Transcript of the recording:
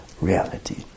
reality